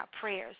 prayers